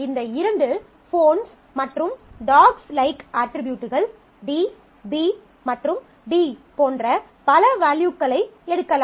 இந்த இரண்டு ஃபோன்ஸ் மற்றும் டாஃக்ஸ் லைக்ஸ் dogs likes அட்ரிபியூட்கள் D B மற்றும் D போன்ற பல வேல்யூக்களை எடுக்கலாம்